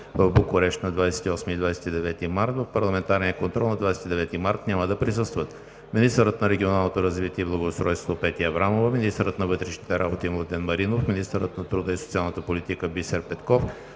в Букурещ на 28 и 29 март 2019 г. в парламентарния контрол на 29 март 2019 г. няма да присъстват: - министърът на регионалното развитие и благоустройството Петя Аврамова; - министърът на вътрешните работи Младен Маринов; - министърът на труда и социалната политика Бисер Петков;